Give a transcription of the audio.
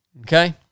Okay